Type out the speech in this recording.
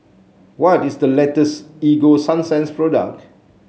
what is the latest Ego Sunsense product